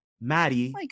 Maddie